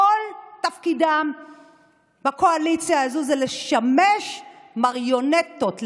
כל תפקידם בקואליציה הזאת זה לשמש מריונטות,